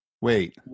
wait